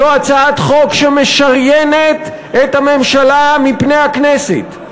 זו הצעת חוק שמשריינת את הממשלה מפני הכנסת,